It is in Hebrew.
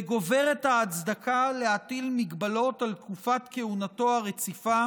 וגוברת ההצדקה להטיל הגבלות על תקופת כהונתו הרציפה